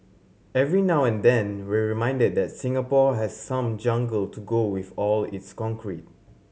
every now and then we're reminded that Singapore has some jungle to go with all its concrete